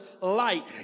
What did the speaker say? light